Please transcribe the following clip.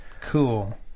Cool